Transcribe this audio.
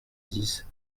dix